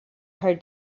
her